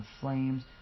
Flames